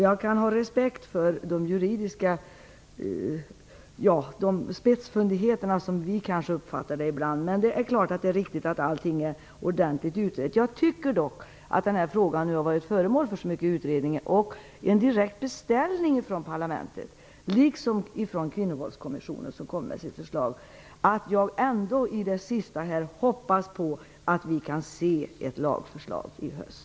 Jag kan ha respekt för de juridiska spetsfundigheterna - vi uppfattar dem kanske så ibland. Men det är viktigt att allt är ordentligt utrett. Jag tycker dock att den här frågan har varit föremål för så många utredningar, och det finns en direkt beställning från parlamentet liksom från Kvinnovåldskommissionen som kommer med sitt förslag, att jag ändå hoppas att vi kan få se ett lagförslag i höst.